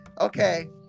okay